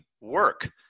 work